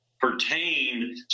pertain